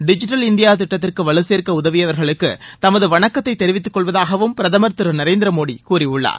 digital India திட்டத்திற்கு வலுசேர்க்க உதவியவர்களுக்கு தமது வணக்கத்தை தெரிவித்துக் கொள்வதாகவும் பிரதமர் திரு நரேந்திரமோடி கூறியுள்ளார்